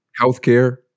healthcare